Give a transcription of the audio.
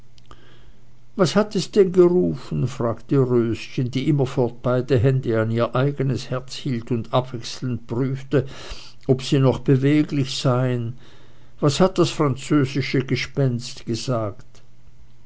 was hat es denn gerufen fragte röschen die immerfort beide hände an ihr eignes herz hielt und abwechselnd prüfte ob sie noch beweglich seien was hat das französische gespenst gesagt